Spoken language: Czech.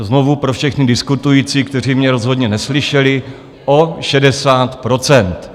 Znovu pro všechny diskutující, kteří mě rozhodně neslyšeli: o 60 %.